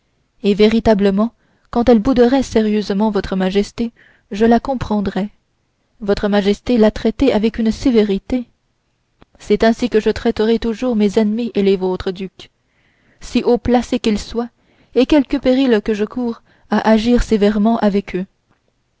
et véritablement quand elle bouderait sérieusement votre majesté je le comprendrais votre majesté l'a traitée avec une sévérité c'est ainsi que je traiterai toujours mes ennemis et les vôtres duc si haut placés qu'ils soient et quelque péril que je coure à agir sévèrement avec eux